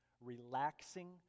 Relaxing